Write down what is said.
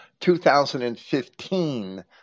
2015